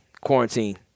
Quarantine